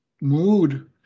mood